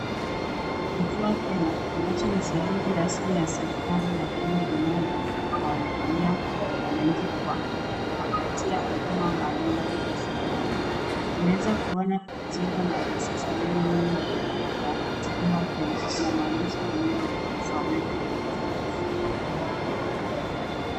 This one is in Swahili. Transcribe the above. Huduma Kenya ambapo ni sehemu rasmi ya serikali ya Kenya inayowahudumia wananchi kwa kuwapatia huduma mbalimbali za serikali, tunaweza kuona chengo la kisasa na maandishi yanayosomeka waziwazi